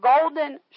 golden